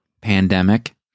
pandemic